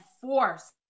force